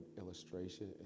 illustration